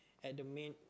at the main